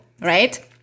right